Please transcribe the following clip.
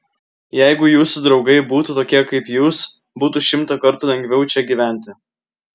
jeigu jūsų draugai būtų tokie kaip jūs būtų šimtą kartų lengviau čia gyventi